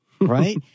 right